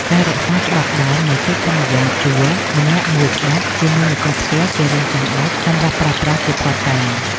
ការរក្សាច្បាប់ដើមនៃកិច្ចសន្យាជួលម្នាក់មួយច្បាប់ជាមួយម្ចាស់ផ្ទះជារឿងចាំបាច់សម្រាប់ប្រើប្រាស់ជាភស្តុតាង។